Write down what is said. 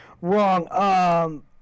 Wrong